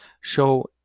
show